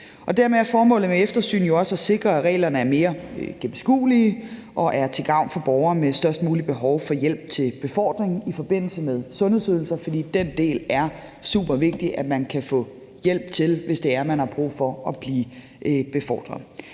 Dermed er formålet med eftersyn jo også at sikre, at reglerne er mere gennemskuelige og er til gavn for borgere med størst behov for hjælp til befordring i forbindelse med sundhedsydelser, fordi den del er supervigtig, så man kan få hjælp til det, hvis det er, man har brug for at blive befordret.